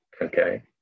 Okay